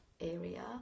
area